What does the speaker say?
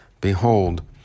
Behold